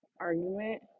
argument